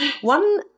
One